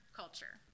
culture